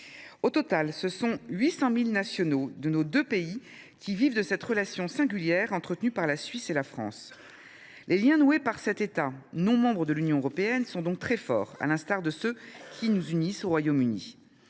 Au total, ce sont 800 000 nationaux de nos deux pays qui vivent de cette relation singulière entretenue par la Suisse et la France. Les liens noués avec cet État non membre de l’Union européenne sont donc très forts, à l’instar de ceux qui nous unissent au Royaume Uni.